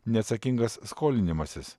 neatsakingas skolinimasis